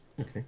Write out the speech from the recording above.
Okay